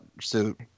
suit